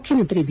ಮುಖ್ಯಮಂತ್ರಿ ಬಿ